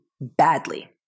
badly